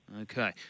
Okay